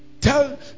Tell